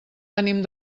ànim